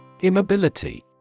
Immobility